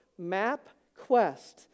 MapQuest